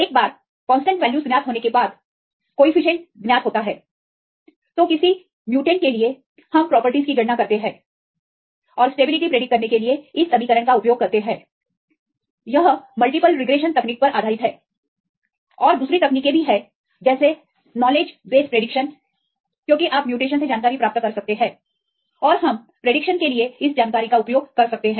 एक बार constant values ज्ञात होने के बाद कोईफिशेंट ज्ञात हो जाते हैं तो किसी म्यूटेंट के लिए हम प्रॉपर्टीज की गणना करते हैं और स्टेबिलिटी प्रिडिक्ट करने के लिए इस समीकरण का उपयोग करते हैं यह मल्टीपल रिग्रेशन तकनीक पर आधारित है फिर और दूसरी तकनीकें भी है जैसे नॉलेज बेस प्रिडिक्शन क्योंकि आप म्यूटेशन से जानकारी प्राप्त कर सकते हैं और हम प्रिडिक्टशन के लिए इस जानकारी का उपयोग कर सकते हैं